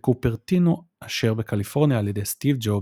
בקופרטינו אשר בקליפורניה על ידי סטיב ג'ובס,